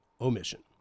omission